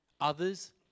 Others